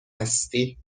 هستی